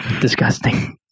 disgusting